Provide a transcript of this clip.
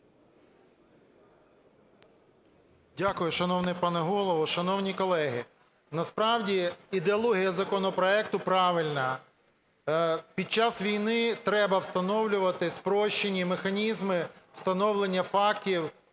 Дякую. Шановний пане Голово, шановні колеги! Насправді ідеологія законопроекту правильна: під час війни треба встановлювати спрощені механізми встановлення фактів